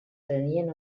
prenien